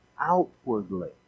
outwardly